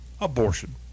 abortion